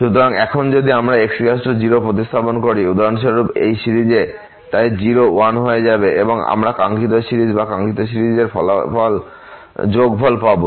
সুতরাং এখন যদি আমরা x 0 প্রতিস্থাপন করি উদাহরণস্বরূপ এই সিরিজে তাই 0 1 হয়ে যাবে এবং আমরা কাঙ্ক্ষিত সিরিজ বা কাঙ্ক্ষিত সিরিজের যোগফল পাব